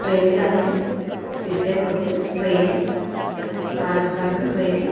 ട്രെയിനിലന്ന് പിറ്റേന്നു തൊട്ട് ട്രെയിൻ പാലക്കാടൻ ട്രെയിൻ